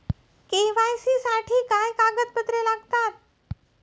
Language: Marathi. के.वाय.सी साठी काय कागदपत्रे लागतात?